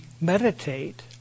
meditate